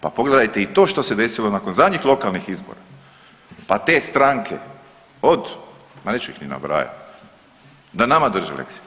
Pa pogledajte i to što se desilo nakon zadnjih lokalnih izbora, pa te stranke od ma neću ih ni nabrajati, a nama drže lekciju.